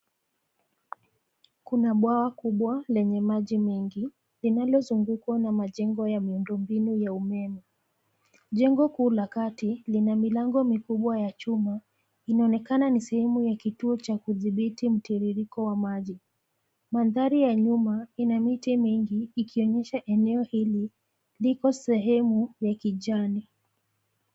Kuna bwawa kubwa lenye maji mengi linalozungukwa na majengo ya miundo mbinu ya umeme. Jengo kuu la kati, lina milango mikubwa ya chuma. Inaonekana ni sehemu ya kituo cha kudhibiti mtiririko wa maji. Mandhari ya nyuma ina miti mingi ikionyesha eneyo hili lipo sehemu ya kijani.